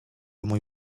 mój